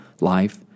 life